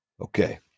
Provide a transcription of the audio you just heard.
Okay